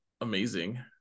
amazing